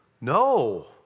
No